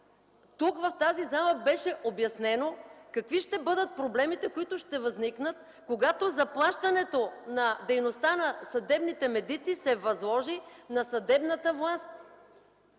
Тук в тази зала беше обяснено какви ще бъдат проблемите, които ще възникнат, когато заплащането на дейността на съдебните медици се възложи на съдебната власт.